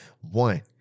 One